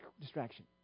Distraction